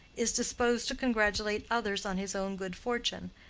is disposed to congratulate others on his own good fortune,